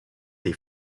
dei